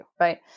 right